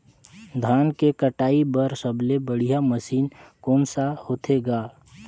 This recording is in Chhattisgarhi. धान के कटाई बर सबले बढ़िया मशीन कोन सा होथे ग?